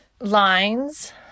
lines